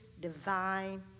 divine